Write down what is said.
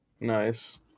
Nice